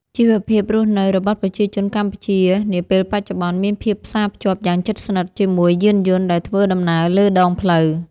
ជីវភាពរស់នៅរបស់ប្រជាជនកម្ពុជានាពេលបច្ចុប្បន្នមានភាពផ្សារភ្ជាប់យ៉ាងជិតស្និទ្ធជាមួយយានយន្តដែលធ្វើដំណើរលើដងផ្លូវ។